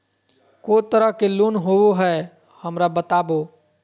को तरह के लोन होवे हय, हमरा बताबो?